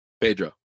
pedro